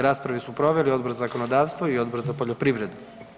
Raspravu su proveli Odbor za zakonodavstvo i Odbor za poljoprivredu.